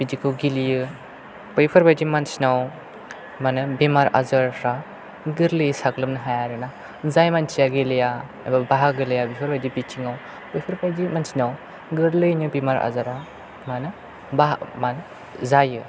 बिदिखौ गेलेयो बैफोरबायदि मानसिनाव मा होनो बेमार आजारफ्रा गोरलैयै साग्लोबनो हाया आरो ना जाय मानसिया गेलेया एबा बाहागो लाया बेफोरबायदि बिथिङाव बेफोरबायदि मानसिनाव गोरलैयैनो बेमार आजारा मा होनो बाहा मा होनो जायो